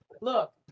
Look